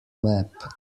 map